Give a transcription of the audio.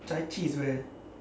chai chee is where